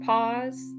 Pause